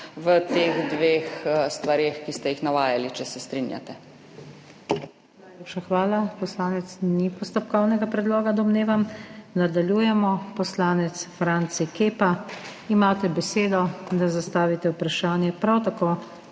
o teh dveh stvareh, ki ste jih navajali, če se strinjate.